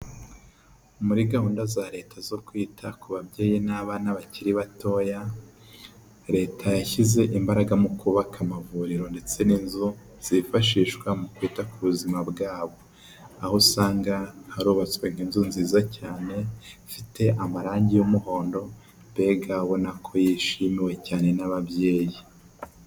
Muri gahunda za leta zo kwita ku babyeyi n'abana bakiri batoya, leta yashyize imbaraga mu kubaka amavuriro ndetse n'inzu zifashishwa mu kwita ku buzima bwabo, aho usanga harubatswe nk'inzu nziza cyane ifite amarangi y'umuhondo, mbega ubona ko yishimiwe cyane n'ababyeyi.